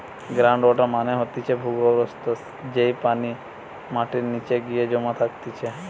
ground water মানে হতিছে ভূর্গভস্ত, যেই পানি মাটির নিচে গিয়ে জমা থাকতিছে